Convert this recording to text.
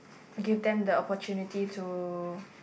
give them the opportunity to